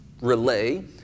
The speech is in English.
Relay